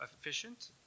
efficient